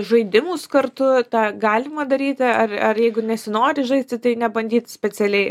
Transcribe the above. žaidimus kartu tą galima daryti ar ar jeigu nesinori žaisti tai nebandyt specialiai